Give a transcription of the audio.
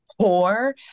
poor